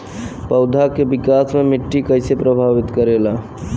पौधा के विकास मे मिट्टी कइसे प्रभावित करेला?